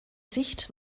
sicht